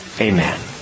Amen